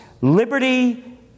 liberty